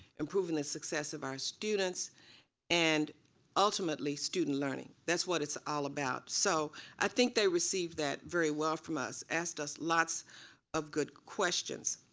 improving the success of our students and ultimately student learning. that's what it's all about so i think they received that very well from us. asked us lots of good questions.